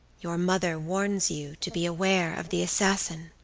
your mother warns you to beware of the assassin.